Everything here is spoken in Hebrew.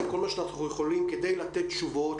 כל מה שאנחנו יכולים כדי לתת תשובות,